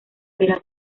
era